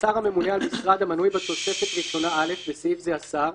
השר הממונה על משרד המנוי בתוספת ראשונה א' (בסעיף זה השר),